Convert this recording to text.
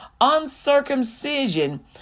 uncircumcision